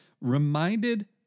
reminded